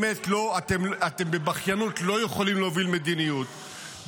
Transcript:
אתם בבכיינות לא יכולים להוביל מדיניות,